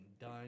done